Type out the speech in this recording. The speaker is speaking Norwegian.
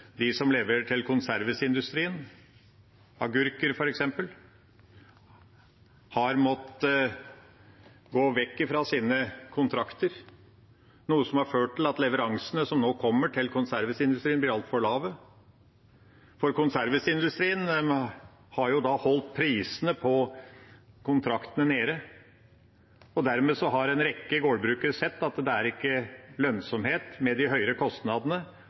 de som leverer agurker til konservesindustrien, har måttet gå vekk fra sine kontrakter, noe som har ført til at leveransene som nå kommer til konservesindustrien, blir altfor lave, for konservesindustrien har holdt prisene på kontraktene nede. Dermed har en rekke gårdbrukere sett at det ikke er lønnsomhet med de høye kostnadene